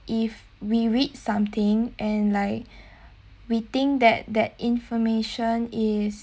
if we read something and like we think that that information is